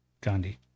Gandhi